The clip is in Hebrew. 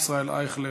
ישראל אייכלר,